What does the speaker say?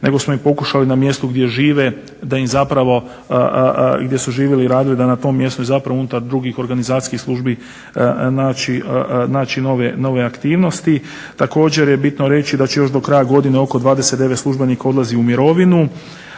nego smo im pokušali na mjestu gdje žive da na tom mjestu gdje su živjeli i radili da na tom mjestu unutar drugih organizacijskih službi naći nove aktivnosti. Također je bitno reći da će još do kraja godine oko 29 službenika odlazi u mirovinu.